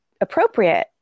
appropriate